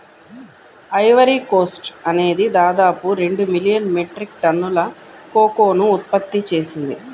Ivory Coast అనేది దాదాపు రెండు మిలియన్ మెట్రిక్ టన్నుల కోకోను ఉత్పత్తి చేసింది